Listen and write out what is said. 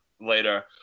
later